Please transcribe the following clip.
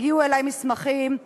הגיעו אלי מסמכים מהר"י,